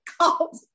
called